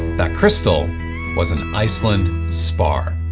that crystal was an iceland spar.